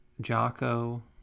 Jocko